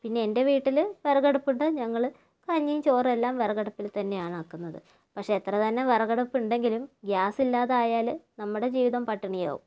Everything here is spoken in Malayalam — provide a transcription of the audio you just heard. പിന്നെ എൻ്റെ വീട്ടിൽ വിറകടുപ്പുണ്ട് ഞങ്ങൾ കഞ്ഞിയും ചോറും എല്ലാം വിറകടുപ്പിൽ തന്നെയാണ് ആക്കുന്നത് പക്ഷെ എത്രതന്നെ വിറകടുപ്പുണ്ടെങ്കിലും ഗ്യാസില്ലാതായാൽ നമ്മുടെ ജീവിതം പട്ടിണിയാവും